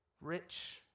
rich